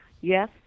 yes